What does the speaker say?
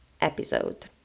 episode